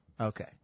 Okay